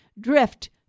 drift